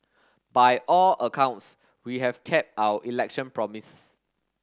by all accounts we have kept our election promise